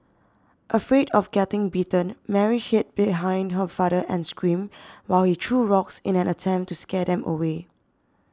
afraid of getting bitten Mary hid behind her father and screamed while he threw rocks in an attempt to scare them away